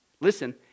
Listen